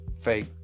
fake